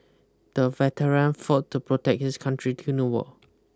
the veteran fought to protect his country during the war